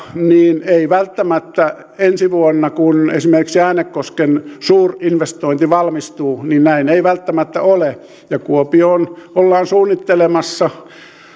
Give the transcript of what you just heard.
niin välttämättä ensi vuonna kun esimerkiksi äänekosken suurinvestointi valmistuu näin ei välttämättä ole kuopioon ollaan suunnittelemassa